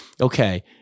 okay